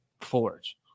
forge